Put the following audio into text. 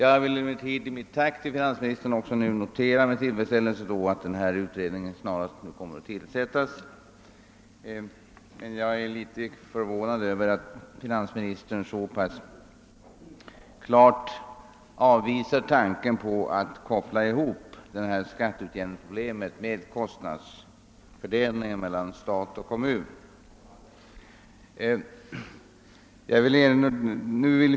Jag vill emellertid i mitt tack till finansministern med tillfredsställelse notera att denna utredning nu snarast kommer att tillsättas. Jag är litet förvånad över att finans ministern så bestämt avvisar tanken på att koppla samman skatteutjämningsproblemet med frågan om kostnadsfördelningen mellan stat och kommun.